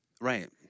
Right